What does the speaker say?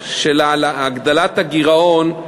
של הגדלת הגירעון,